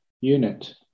unit